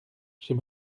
j’ai